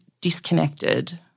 disconnected